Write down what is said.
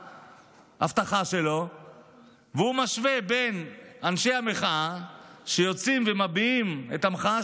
והוא משווה בין אנשי המחאה שיוצאים ומביעים את המחאה